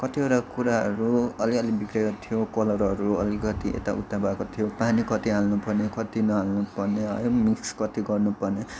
कतिवटा कुराहरू अलिअलि बिग्रिएको थियो कलरहरू अलिकति यता उता भएको थियो पानी कति हाल्नु पर्ने कति नहाल्नु पर्ने है मिक्स कति गर्नु पर्ने